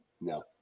No